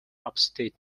upstate